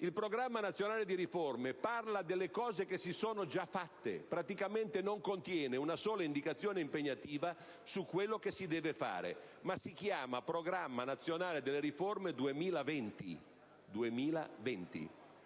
Il Programma nazionale di riforma parla delle cose che si sono già fatte, e praticamente non contiene una sola indicazione impegnativa su ciò che si deve fare, ma si chiama Programma nazionale di riforma 2020,